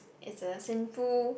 it's a sinful